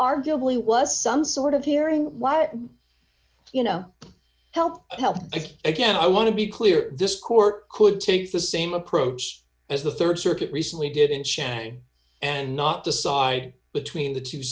arguably was some sort of hearing what you know help help if again i want to be clear this court could take the same approach as the rd circuit recently did in shanghai and not decide between the two